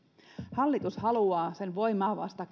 hallitus haluaa sen voimaan vasta